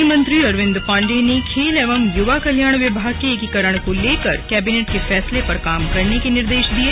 खेल मंत्री अरविंद पांडेय ने खेल एवं युवा कल्याण विभाग के एकीकरण को लेकर कैबिनेट के फैसले पर काम करने के निर्देश दिये